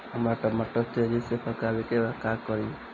हमरा टमाटर के तेजी से पकावे के बा का करि?